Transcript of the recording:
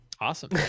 Awesome